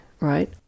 right